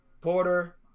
Porter